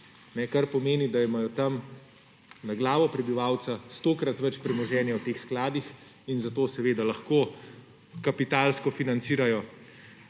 Kar pomeni, da imajo tam na glavo prebivalca 100-krat več premoženja v teh skladih in zato seveda lahko kapitalsko financirajo